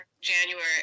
january